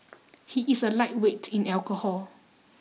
he is a lightweight in alcohol